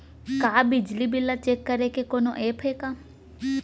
का बिजली बिल ल चेक करे के कोनो ऐप्प हे का?